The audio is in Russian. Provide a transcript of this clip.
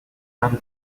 рады